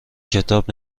کتاب